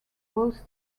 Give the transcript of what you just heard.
both